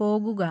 പോകുക